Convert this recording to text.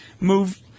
move